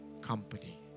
company